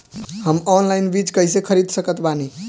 हम ऑनलाइन बीज कइसे खरीद सकत बानी?